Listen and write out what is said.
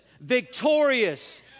victorious